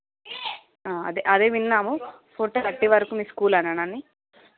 అదే అదే విన్నాము ఫోర్ థర్టీ వరుకు మీ స్కూలు అనే అని